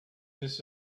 just